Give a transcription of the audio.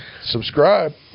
Subscribe